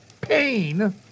pain